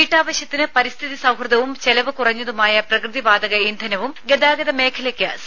വീട്ടാവശ്യത്തിന് പരിസ്ഥിതി സൌഹൃദവും ചെലവ് കുറഞ്ഞതുമായ പ്രകൃതി വാതക ഇന്ധനവും ഗതാഗത മേഖലക്ക് സി